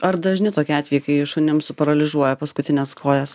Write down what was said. ar dažni tokie atvejai kai šunims suparalyžiuoja paskutines kojas